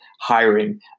hiring